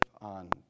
on